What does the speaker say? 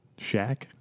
Shaq